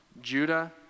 Judah